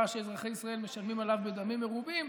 שאזרחי ישראל משלמים עליו בדמים מרובים,